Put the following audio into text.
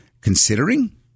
considering